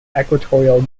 equatorial